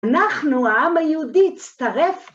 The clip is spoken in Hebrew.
אנחנו העם היהודי, תצטרף.